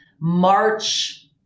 March